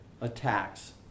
attacks